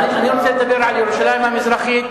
אני רוצה לדבר על ירושלים המזרחית,